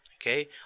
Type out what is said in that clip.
okay